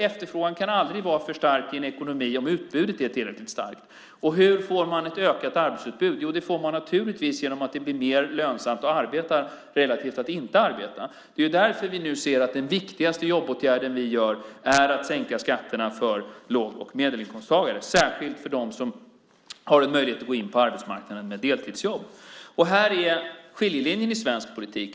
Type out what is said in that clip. Efterfrågan kan aldrig vara för stark i en ekonomi om utbudet är tillräckligt starkt. Hur får man ett ökat arbetsutbud? Jo, det får man naturligtvis genom att det blir mer lönsamt att arbeta relativt att inte arbeta. Det är därför vi nu ser att den viktigaste jobbåtgärden vi nu vidtar är att sänka skatterna för låg och medelinkomsttagare, särskilt för dem som har en möjlighet att gå in på arbetsmarknaden med deltidsjobb. Här går skiljelinjen i svensk politik.